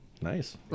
Nice